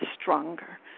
stronger